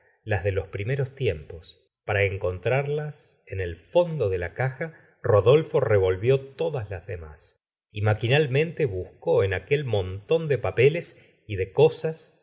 las de los primeros tiempos par'a encontrarlas en el fondo de la caja rodolfo revolvió todas las demás y maquinalmente buscó en aquel montón de papeles y de cosas